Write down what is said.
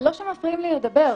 לא שמפריעים לי לדבר.